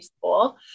school